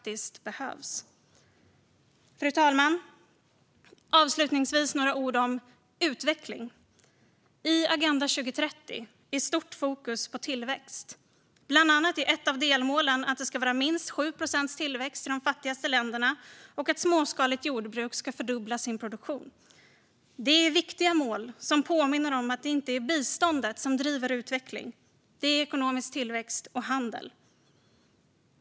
Avslutningsvis vill jag säga några ord om utveckling. I Agenda 2030 är det stort fokus på tillväxt. Bland annat i ett av delmålen står det att det ska vara minst 7 procents tillväxt i de fattigaste länderna och att småskaligt jordbruk ska fördubbla sin produktion. Det är viktiga mål som påminner om att det inte är bistånd som driver utveckling. Det gör ekonomisk tillväxt och handel.